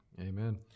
Amen